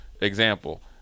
example